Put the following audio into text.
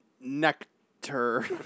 Nectar